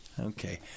okay